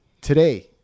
Today